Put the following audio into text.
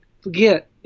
forget